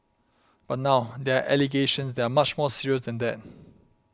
but now there are allegations that are much more serious than that